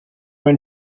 when